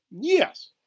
yes